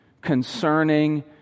concerning